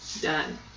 Done